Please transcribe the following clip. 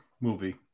movie